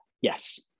yes